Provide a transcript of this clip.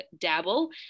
dabble